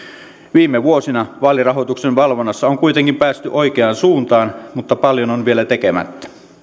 viime vuosina vaalirahoituksen valvonnassa on kuitenkin päästy oikeaan suuntaan mutta paljon on vielä tekemättä